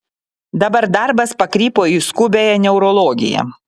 dabar darbas pakrypo į skubiąją neurologiją